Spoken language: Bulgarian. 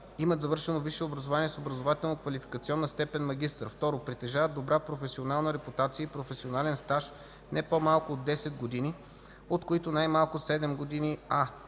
имат завършено висше образование с образователно-квалификационна степен „магистър”; 2. притежават добра професионална репутация и професионален стаж не по-малко от 10 години, от които най-малко 7 години: